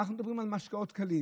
ואם אנחנו מדברים על משקאות קלים,